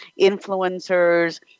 influencers